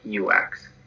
UX